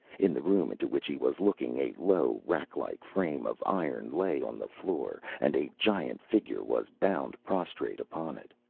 in the room into which he was looking a low rack-like frame of iron lay on the floor, and a giant figure was bound prostrate upon it.